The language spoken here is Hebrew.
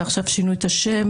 ועכשיו שינו את השם,